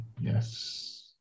yes